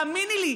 האמיני לי,